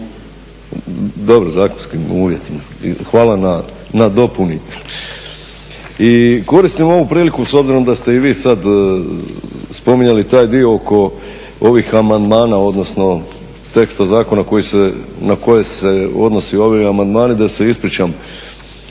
Dobro zakonskim uvjetima. Hvala na dopuni. I koristim ovu priliku s obzirom da ste i vi sad spominjali taj dio oko ovih amandmana odnosno teksta zakona na koje se odnose ovi amandmani da se ispričam